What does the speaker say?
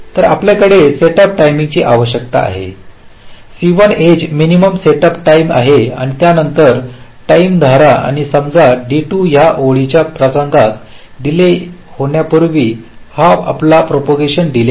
तर आपल्याकडे setup timing ची आवश्यकता आहे C1 edge minimum setup time आहे आणि यानंतर टाईम धरा आणि समजा D2 या ओळीच्या प्रसंगास डीले होण्यापुर्वीच हा आपला प्रोपोगांशन डीले आहे